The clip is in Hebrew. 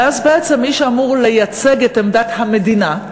ואז בעצם מי שאמור לייצג את עמדת המדינה,